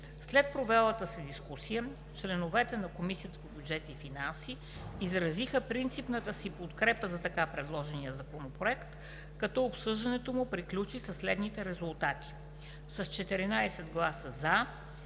След провелата се дискусия, членовете на Комисията по бюджет и финанси изразиха принципната си подкрепа за така предложения законопроект, като обсъждането му приключи със следните резултати: 14 гласа „за“,